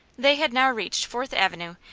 they had now reached fourth avenue,